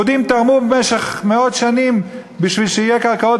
יהודים תרמו במשך מאות שנים בשביל שיהיו קרקעות